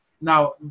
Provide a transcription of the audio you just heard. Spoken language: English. Now